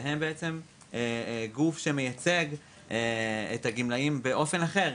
והם בעצם גוף שמייצג את הגמלאים באופן אחר,